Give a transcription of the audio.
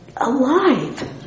alive